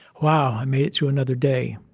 wow. i made it through another day.